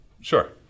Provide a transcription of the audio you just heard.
Sure